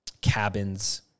cabins